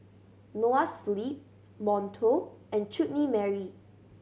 Noa Sleep Monto and Chutney Mary